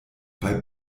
bei